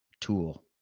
tool